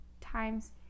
times